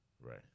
Right